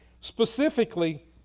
specifically